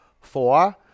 four